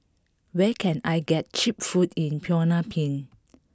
where can I get cheap food in Phnom Penh